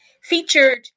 Featured